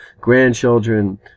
grandchildren